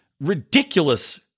ridiculous